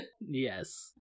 yes